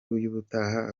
y’ubutaha